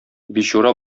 бичура